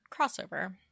crossover